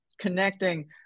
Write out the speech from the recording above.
connecting